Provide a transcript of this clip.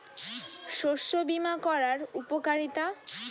শস্য বিমা করার উপকারীতা?